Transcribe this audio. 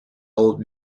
old